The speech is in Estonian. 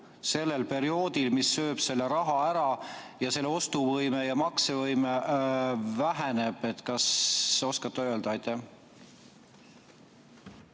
sellel perioodil, mis sööb selle raha ära ja selle ostuvõime ja maksevõime väheneb. Kas oskate öelda? Aitäh,